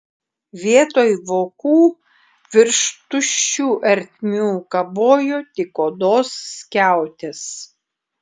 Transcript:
vietoj vokų virš tuščių ertmių kabojo tik odos skiautės